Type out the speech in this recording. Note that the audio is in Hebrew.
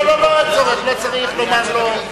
לא צריך לומר לו.